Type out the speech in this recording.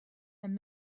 and